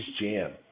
jam